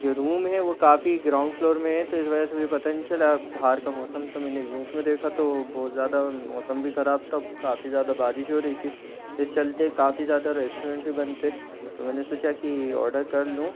जो रूम है वो काफ़ी ग्राउंड फ्लोर में है तो इस वजह से मुझे पता नहीं चला भार का मौसम तो मैंने न्यूज़ में देखा तो बहुत ज़्यादा मौसम भी खराब था काफ़ी ज़्यादा बारिश हो रही थी इस चलते काफ़ी ज़्यादा रेस्टोरेंट भी बंद थे तो मैंने सोचा ओडर कर लूँ